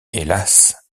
hélas